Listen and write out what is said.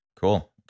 Cool